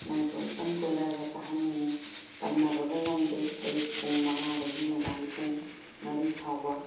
ꯅꯪꯁꯨ ꯑꯃꯨꯛꯇꯪ ꯀꯣꯏꯔꯛꯑꯒ ꯆꯥꯍꯟꯅꯤꯡꯉꯤ ꯇꯝꯅꯕꯒ ꯉꯝꯗꯦ ꯑꯌꯨꯛ ꯄꯨꯡ ꯃꯉꯥꯗꯒꯤ ꯅꯨꯡꯗꯥꯡꯒꯤ ꯄꯨꯡ ꯃꯔꯤ ꯐꯥꯎꯕ